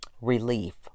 relief